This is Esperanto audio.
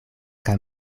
kaj